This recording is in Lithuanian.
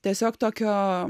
tiesiog tokio